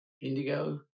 Indigo